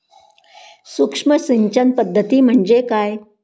सूक्ष्म सिंचन पद्धती म्हणजे काय?